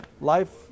life